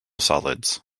solids